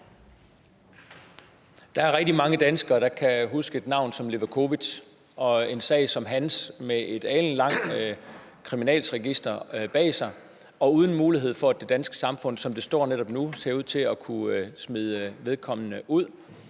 Der er rigtig mange danskere, der kan huske et navn som Levakovic og en sag som hans; han har et alenlangt kriminalregister bag sig, uden at der er mulighed for, at det danske samfund – som sagen står netop nu, ser det ud til – kan smide vedkommende ud.